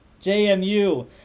JMU